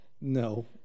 no